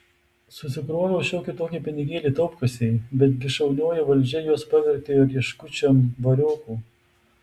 susikroviau šiokį tokį pinigėlį taupkasėj bet gi šaunioji valdžia juos pavertė rieškučiom variokų